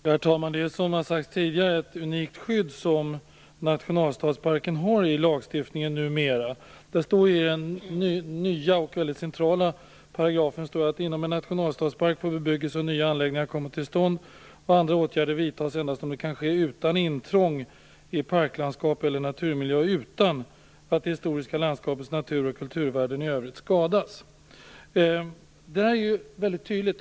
Herr talman! Som här har sagts tidigare är det ett unikt skydd som nationalstadsparken har i lagstiftningen numera. I den nya och väldigt centrala paragrafen står det: Inom en nationalstadspark får bebyggelse och nya anläggningar komma till stånd och andra åtgärder vidtas endast om det kan ske utan intrång i parklandskap eller naturmiljö och utan att det historiska landskapets natur och kulturvärden i övrigt skadas. Detta är väldigt tydligt.